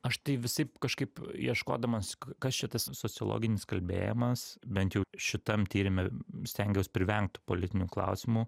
aš tai visaip kažkaip ieškodamas kas čia tas sociologinis kalbėjimas bent jau šitam tyrime stengiaus privengt tų politinių klausimų